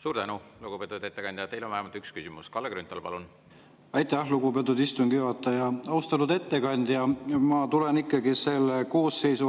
Suur tänu, lugupeetud ettekandja! Teile on vähemalt üks küsimus. Kalle Grünthal, palun! Aitäh, lugupeetud istungi juhataja! Austatud ettekandja! Ma tulen ikkagi selle